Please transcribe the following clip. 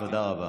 תודה.